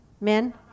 men